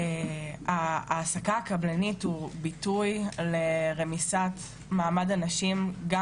העסקה קבלנית זה ביטוי לרמיסת מעמד הנשים גם